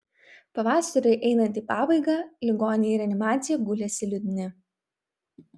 pavasariui einant į pabaigą ligoniai į reanimaciją gulėsi liūdni